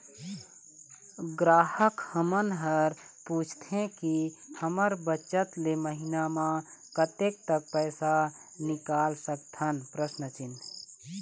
ग्राहक हमन हर पूछथें की हमर बचत ले महीना मा कतेक तक पैसा निकाल सकथन?